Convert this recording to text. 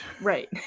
Right